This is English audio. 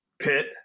pit